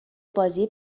بازی